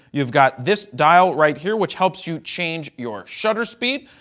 you've got this dial right here, which helps you change your shutter speed.